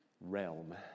realm